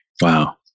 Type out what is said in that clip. Wow